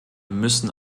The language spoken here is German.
müssen